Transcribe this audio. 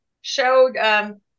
showed –